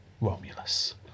Romulus